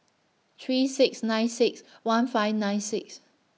three six nine six one five nine six